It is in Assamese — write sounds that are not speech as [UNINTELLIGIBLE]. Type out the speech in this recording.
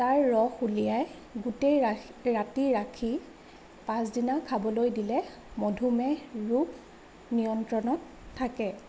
তাৰ ৰস উলিয়াই গোটেই [UNINTELLIGIBLE] ৰাতি ৰাখি পাছদিনা খাবলৈ দিলে মধুমেহ ৰোগ নিয়ন্ত্ৰণত থাকে